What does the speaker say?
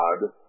God